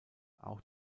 auch